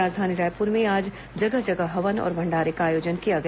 राजधानी रायपुर में आज जगह जगह हवन और भण्डारे का आयोजन किया गया